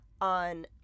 on